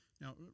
Now